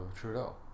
Trudeau